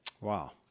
Wow